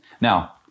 Now